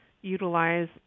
utilize